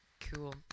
Cool